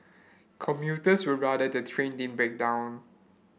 commuters would rather the train din break down